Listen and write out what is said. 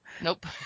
Nope